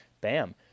bam